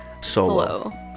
solo